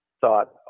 thought